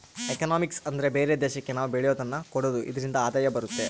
economics ಅಂದ್ರೆ ಬೇರೆ ದೇಶಕ್ಕೆ ನಾವ್ ಬೆಳೆಯೋದನ್ನ ಕೊಡೋದು ಇದ್ರಿಂದ ಆದಾಯ ಬರುತ್ತೆ